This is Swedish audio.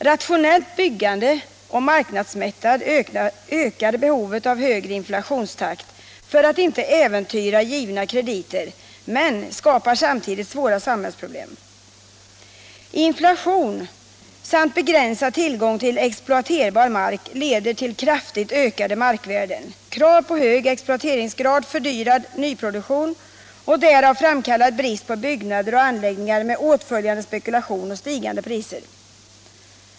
Rationellt byggande och marknadsmättnad ökar behovet av högre inflationstakt för att inte givna krediter skall äventyras men skapar samtidigt svåra samhällsproblem. Inflation samt begränsad tillgång till exploaterbar mark leder till kräftigt ökade markvärden, krav på hög exploateringsgrad, fördyrad nyproduktion och därav framkallad brist på byggnader och anläggningar med åtföljande spekulation och stigande priser.